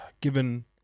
given